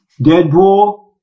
Deadpool